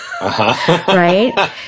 right